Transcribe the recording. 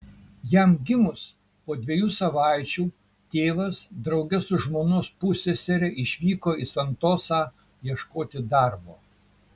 jam gimus po dviejų savaičių tėvas drauge su žmonos pussesere išvyko į santosą ieškoti darbo